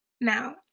Now